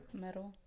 Metal